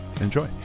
Enjoy